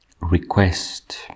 request